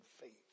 faith